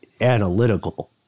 analytical